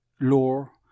lore